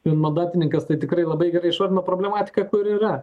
vienmandatininkas tai tikrai labai gerai išmano problematiką kuri yra